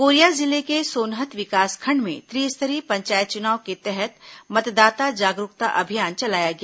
Korea जिले के सोनहत विकासखंड में त्रिस्तरीय पंचायत चुनाव के तहत मतदाता जागरूकता अभियान चलाया गया